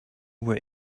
were